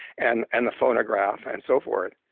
and and the phonograph and so forth,